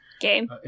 game